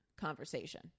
conversation